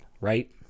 right